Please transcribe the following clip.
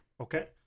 Okay